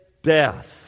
death